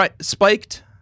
spiked